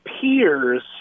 peers